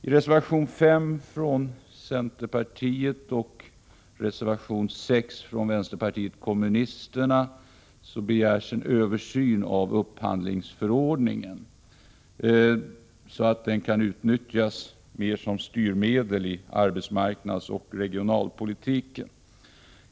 I reservation 5 från centerpartiet och i reservation 6 från vänsterpartiet kommunisterna begärs en översyn av upphandlingsförordningen, så att den kan utnyttjas mer som styrmedel i arbetsmarknadsoch regionalpolitiken.